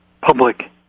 public